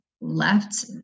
left